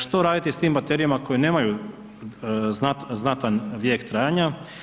Što raditi s tim baterijama koje nemaju znatan vijek trajanja?